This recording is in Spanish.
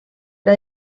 era